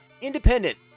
independent